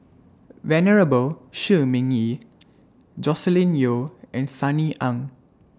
Venerable Shi Ming Yi Joscelin Yeo and Sunny Ang